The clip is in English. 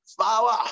Power